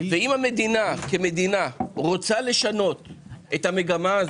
אם המדינה רוצה לשנות את המגמה הזאת,